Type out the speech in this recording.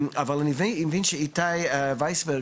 אבל אני מבין שאיתי וייסברג